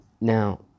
Now